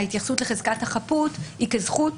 ההתייחסות לחזקת היא כזכות